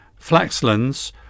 flaxlands